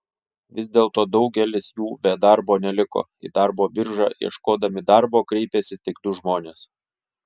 vis dėlto daugelis jų be darbo neliko į darbo biržą ieškodami darbo kreipėsi tik du žmonės